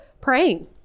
praying